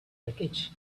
wreckage